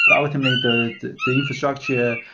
but ultimately, the the infrastructure,